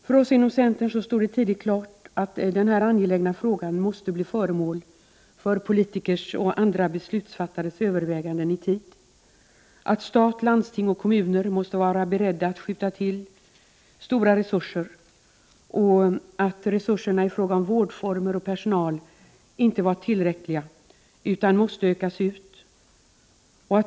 För oss inom centern stod det tidigt klart att den här angelägna frågan i tid måste bli föremål för politikers och andra beslutfattares överväganden och att stat, landsting och kommuner måste vara beredda att skjuta till stora resurser. De resurser som fanns i fråga om vårdformer och personal var inte tillräckliga utan de måste utökas.